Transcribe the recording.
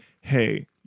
hey